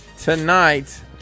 tonight